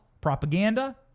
propaganda